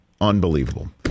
Unbelievable